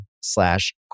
slash